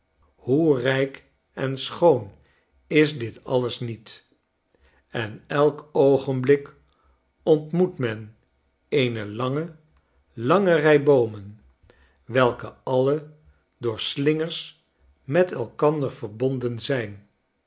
hoe rijk en schoon is dit alles niet en elk oogenblik ontmoet men eene lange lange rij boomen welke alle door slingers met elkander verbonden zijn